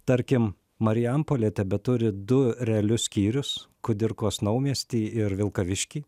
tarkim marijampolė tebeturi du realius skyrius kudirkos naumiestį ir vilkaviškį